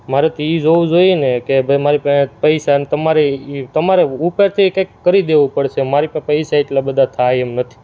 મારે તો એ જોવું જોઈએ ને કે ભાઈ મારી પાસે પૈસા ને તમારી એ તમારે ઉપરથી કંઈક કરી દેવું પડશે મારી પાસે પૈસા એટલા બધા થાય એમ નથી